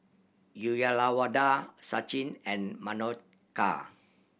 Uyyalawada Sachin and Manohar